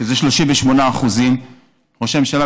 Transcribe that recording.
שזה 38%. ראש הממשלה,